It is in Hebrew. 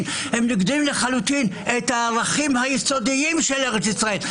את הערכים היסודיים של ארץ ישראל.